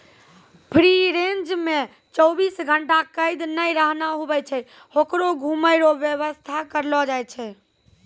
free range मे चौबीस घंटा कैद नै रहना हुवै छै होकरो घुमै रो वेवस्था करलो जाय छै